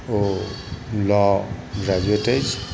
ओ law graduate अछि